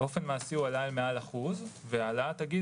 באופן מעשי הוא עלה אל מעל 1%. העלאת הגיל